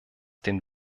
den